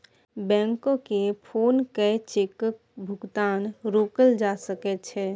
बैंककेँ फोन कए चेकक भुगतान रोकल जा सकै छै